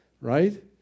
right